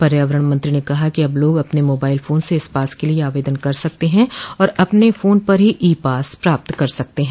पर्यावरण मंत्री ने कहा कि अब लोग अपने मोबाइल फोन से इस पास के लिए आवेदन कर सकते हैं और अपने फोन पर ही ई पास प्राप्त कर सकते हैं